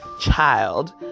child